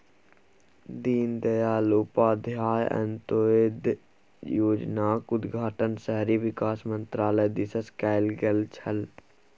दीनदयाल उपाध्याय अंत्योदय योजनाक उद्घाटन शहरी विकास मन्त्रालय दिससँ कैल गेल छल